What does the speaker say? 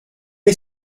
est